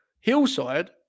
Hillside